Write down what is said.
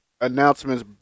Announcements